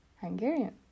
Hungarian